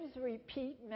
repeat